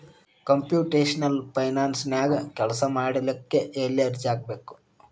Computational ಫೈನಾನ್ಸನ್ಯಾಗ ಕೆಲ್ಸಾಮಾಡ್ಲಿಕ್ಕೆ ಎಲ್ಲೆ ಅರ್ಜಿ ಹಾಕ್ಬೇಕು?